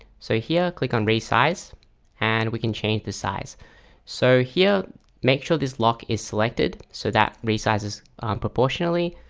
so here click on resize and we can change the size so here make sure this lock is selected. so that resizes um proportionally,